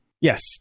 Yes